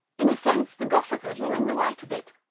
in a sense the gossipers were in the right of it.